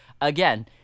again